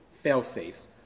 fail-safes